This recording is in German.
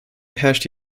herrscht